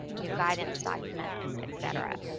new guidance documents, et cetera.